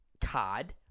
cod